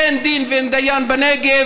אין דין ואין דיין בנגב,